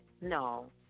No